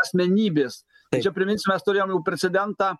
asmenybės tai čia priminsiu mes turėjom jau precedentą